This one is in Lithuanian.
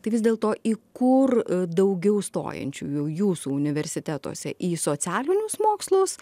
tai vis dėlto į kur daugiau stojančiųjų jūsų universitetuose į socialinius mokslus